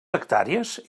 hectàrees